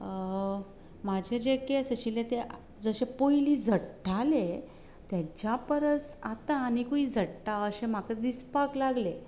म्हाजे जे केंस आशिल्ले ते जशे पयली झडटाले ताच्या परस आतां आनीकूय झडटा अशें म्हाका दिसपाक लागलें